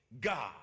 God